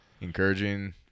Encouraging